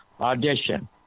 audition